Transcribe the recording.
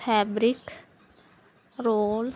fabric roll